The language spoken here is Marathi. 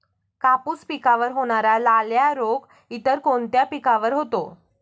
कापूस पिकावर होणारा लाल्या रोग इतर कोणत्या पिकावर होतो?